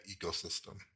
ecosystem